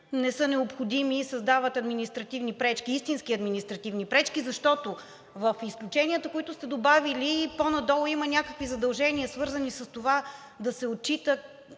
не са необходими и създават истински административни пречки. Защото в изключенията, които сте добавили по-надолу, има някакви задължения, свързани с това, да се отчитат